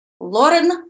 Lauren